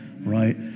right